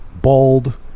bald